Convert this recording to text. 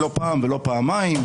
לא פעם ולא פעמיים,